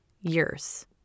years